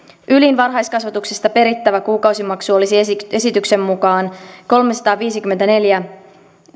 ylin varhaiskasvatuksesta perittävä kuukausimaksu olisi esityksen esityksen mukaan kolmesataaviisikymmentäneljä